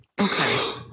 Okay